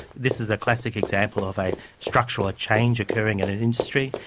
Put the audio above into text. this is a classic example of a structural change occurring in an industry.